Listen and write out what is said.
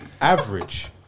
average